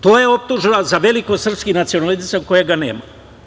To je optužba za velikosrpski nacionalizam kojeg nema.